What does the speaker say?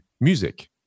music